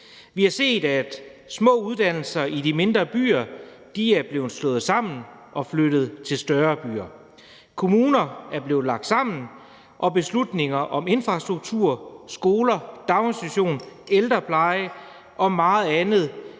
Vi har set, at små uddannelser i de mindre byer er blevet slået sammen og flyttet til større byer, kommuner er blevet lagt sammen, og beslutninger om infrastruktur, skoler, daginstitutioner, ældrepleje og meget andet